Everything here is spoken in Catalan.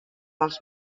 dels